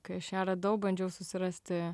kai aš ją radau bandžiau susirasti